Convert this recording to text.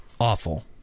awful